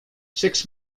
six